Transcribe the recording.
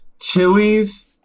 chilies